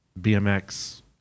BMX